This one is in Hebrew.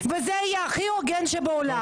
-- שתתפטר מהכנסת וזה יהיה הכי הוגן שבעולם.